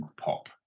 pop